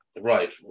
Right